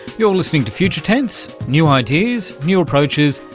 you're listening to future tense, new ideas, new approaches,